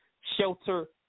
shelter